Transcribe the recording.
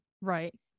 right